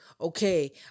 Okay